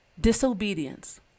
Disobedience